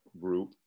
group